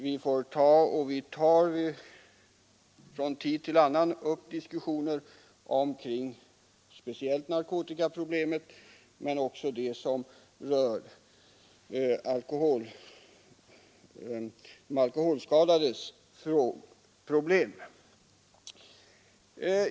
Vi tar från tid till annan upp diskussioner om speciellt narkotikaproblemet men också de problem som rör de alkoholskadade.